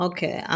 Okay